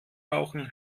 brauchen